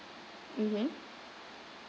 mmhmm